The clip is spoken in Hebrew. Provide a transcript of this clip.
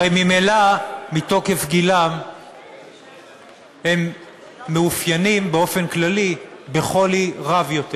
הרי ממילא מתוקף גילם הם מאופיינים באופן כללי בחולי רב יותר,